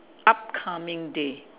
upcoming day